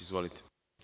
Izvolite.